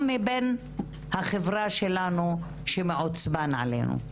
או מבין החברה שלנו שמעוצבן עלינו.